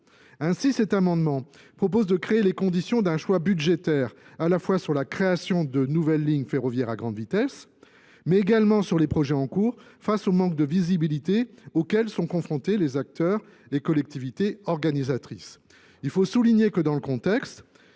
Ainsi, cet amendement propose de créer les conditions d'un choix budgétaire à la fois sur la création de nouvelles lignes ferroviaires à grande vitesse mais également sur les projets en cours, face au manque de visibilité auquel sont confrontés les acteurs les collectivités organisatrices. Il faut souligner que dans le contexte,